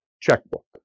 checkbook